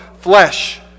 flesh